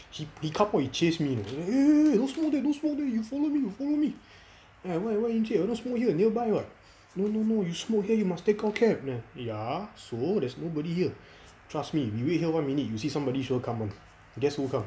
he he come out he chase me know wait wait don't smoke there don't smoke there you follow me you follow me then I why why encik want to smoke here nearby [what] no no no you smoke here you must take off cap ya so there's nobody here trust me we wait here one minute you see somebody sure come [one] guess who come